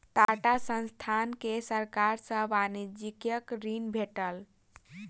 टाटा संस्थान के सरकार सॅ वाणिज्यिक ऋण भेटल